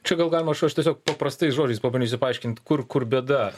čia gal galima aš aš tiesiog paprastais žodžiais pabandysiu paaiškint kur kur bėda